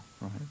right